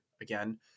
again